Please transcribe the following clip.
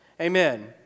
Amen